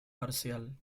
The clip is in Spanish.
parcial